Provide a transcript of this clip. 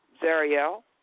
Zariel